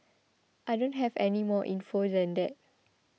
I don't have any more info than that